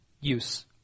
use